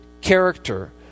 character